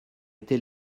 été